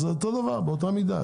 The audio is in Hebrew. אז אותו דבר, באותה מידה.